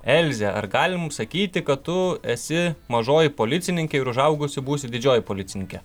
elze ar galim sakyti kad tu esi mažoji policininkė ir užaugusi būsi didžioji policininkė